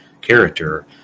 character